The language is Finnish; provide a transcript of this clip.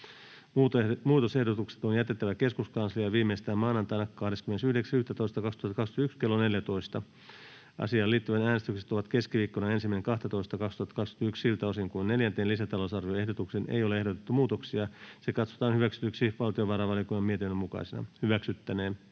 Muutosehdotukset on jätettävä keskuskansliaan viimeistään maanantaina 29.11.2021 klo 14.00. Asiaan liittyvät äänestykset ovat keskiviikkona 1.12.2021. Siltä osin kuin neljänteen lisätalousarvioehdotukseen ei ole ehdotettu muutoksia, se katsotaan hyväksytyksi valtiovarainvaliokunnan mietinnön mukaisena.